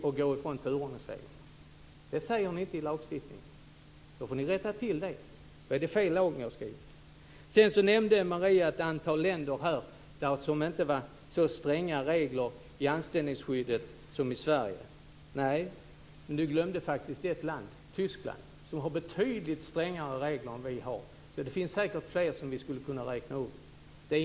Det säger ni inte i ert förslag till lagstiftning. Då får ni rätta till det som ni har skrivit fel. Maria Larsson nämnde ett antal länder som inte hade så stränga regler för anställningsskyddet som vi har i Sverige. Men Maria Larsson glömde faktiskt ett land, nämligen Tyskland, som har betydligt strängare regler än vad vi har, och det finns säkert flera länder som man skulle kunna räkna upp.